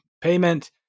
payment